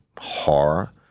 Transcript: horror